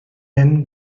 then